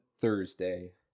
Thursday